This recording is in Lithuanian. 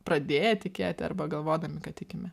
pradėję tikėti arba galvodami kad tikime